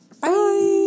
Bye